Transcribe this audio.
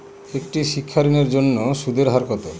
একটি শিক্ষা ঋণের জন্য সুদের হার কত?